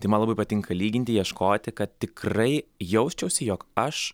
tai man labai patinka lyginti ieškoti kad tikrai jausčiausi jog aš